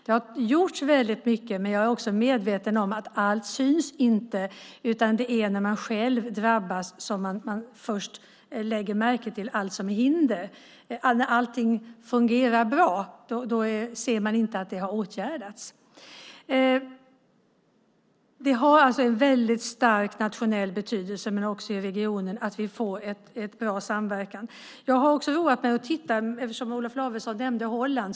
Det har gjorts väldigt mycket, men jag är medveten om att allt inte syns. Det är först när man själv drabbas som man lägger märke till det som utgör hinder. När allting fungerar bra ser man inte vad som har åtgärdats. Det har alltså en stark nationell betydelse, men också för regionen, att vi får en bra samverkan. Olof Lavesson nämnde Holland.